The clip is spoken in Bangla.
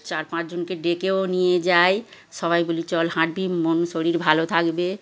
চার পাঁচজনকে ডেকেও নিয়ে যাই সবাইকে বলি চল হাঁটবি মন শরীর ভালো থাকবে